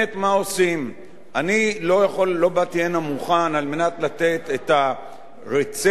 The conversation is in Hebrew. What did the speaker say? אני לא באתי הנה מוכן על מנת לתת את הרצפט איך לעשות את זה,